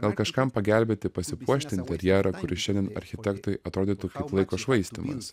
gal kažkam pagelbėti pasipuošti interjerą kuris šiandien architektui atrodytų laiko švaistymas